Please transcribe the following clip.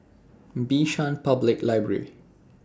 Bishan Public Library